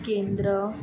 केंद्र